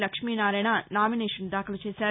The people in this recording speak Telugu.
లక్ష్మీనారాయణ నామినేషన్ దాఖలు చేశారు